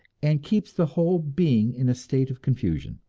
and keeps the whole being in a state of confusion.